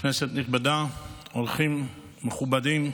כנסת נכבדה, אורחים מכובדים,